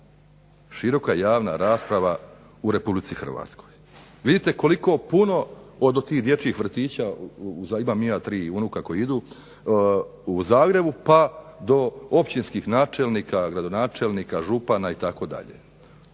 široka javna rasprava u RH. Vidite koliko puno od dječjih vrtića, imam i ja tri unuka koji idu u Zagrebu, pa do općinskih načelnika, gradonačelnika, župana itd.